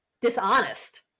dishonest